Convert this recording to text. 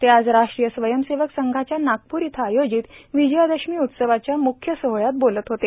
ते आज राष्ट्रीय स्वयंसेवक संघाच्या नागपूर इथं आयोजित विजयादशमी उत्सवाच्या मुख्य सोहळ्यात बोलत होते